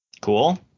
Cool